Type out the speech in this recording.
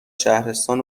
شهرستان